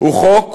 הוא חוק